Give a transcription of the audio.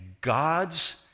God's